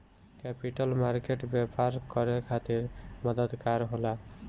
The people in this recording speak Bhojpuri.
कैपिटल मार्केट व्यापार करे खातिर मददगार होला